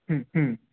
হুম হুম